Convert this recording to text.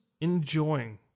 enjoying